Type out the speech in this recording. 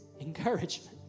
encouragement